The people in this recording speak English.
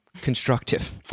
constructive